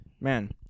man